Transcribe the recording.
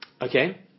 Okay